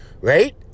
right